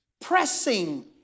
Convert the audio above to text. pressing